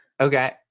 Okay